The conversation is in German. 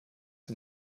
ein